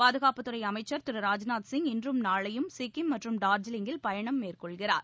பாதுகாப்புத்துறை அமைச்சர் திரு ராஜ்நாத்சிய் இன்றும் நாளையும் சிக்கிம் மற்றும் டார்ஜிலிங்கில் பயணம் மேற்கொள்கிறார்